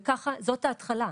זאת ההתחלה,